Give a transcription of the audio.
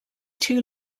two